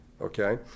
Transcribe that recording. Okay